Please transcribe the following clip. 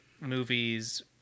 movies